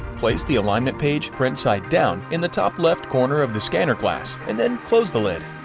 place the alignment page print-side down in the top left corner of the scanner glass, and then close the lid.